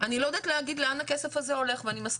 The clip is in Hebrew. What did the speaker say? אני לא יודעת להגיד לאן הכסף הזה הולך.